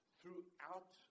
throughout